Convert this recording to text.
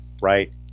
right